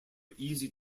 easy